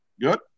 Good